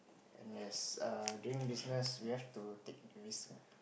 and as err doing business we have to take risk